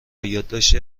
یادداشتی